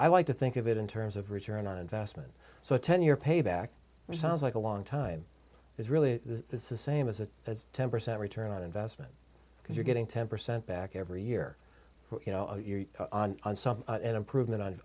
i like to think of it in terms of return on investment so a ten year payback which sounds like a long time is really the same as a as ten percent return on investment because you're getting ten percent back every year you know you're on some improvement on